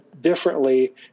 differently